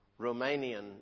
Romanian